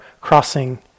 crossing